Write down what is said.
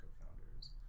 co-founders